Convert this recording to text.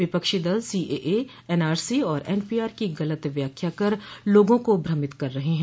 विपक्षी दल CAA NRC और एनपीआर की गलत व्याख्या कर लोगों को भ्रमित कर रहे हैं